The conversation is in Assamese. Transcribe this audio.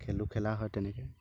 খেলো খেলা হয় তেনেকৈ